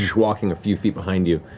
walking a few feet behind you,